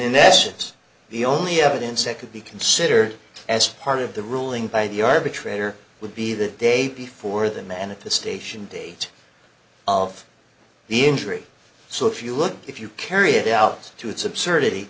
essence the only evidence that could be considered as part of the ruling by the arbitrator would be the day before the manifestation date of the injury so if you look if you carry it out to its absurdity